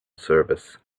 service